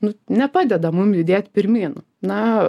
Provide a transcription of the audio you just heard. nu nepadeda mum judėt pirmyn na